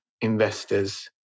investors